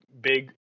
big